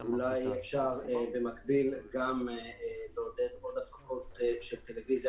אולי אפשר לעודד עוד הפקות של טלוויזיה,